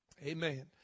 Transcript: Amen